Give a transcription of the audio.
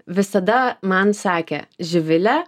visada man sakė živile